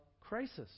crisis